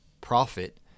profit